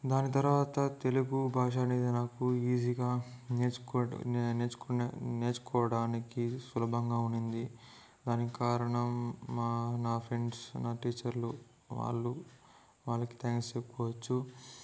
దాని తర్వాత తెలుగు భాష అనేది నాకు ఈజీగా నేర్చుకో నేర్చుకునే నేర్చుకోడానికి సులభంగా ఉనింది దానికి కారణం మా నా ఫ్రెండ్స్ నా టీచర్లు వాళ్ళు వాళ్ళకి థ్యాంక్స్ చెప్పుకోవచ్చు